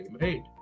right